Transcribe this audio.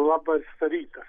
labas rytas